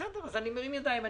בסדר, אני מרים ידיים.